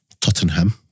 Tottenham